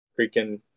freaking